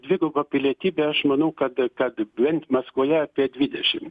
dvigubą pilietybę aš manau kad kad bent maskvoje apie dvidešim